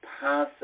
possible